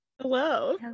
Hello